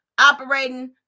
operating